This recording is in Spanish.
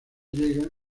llega